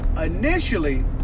initially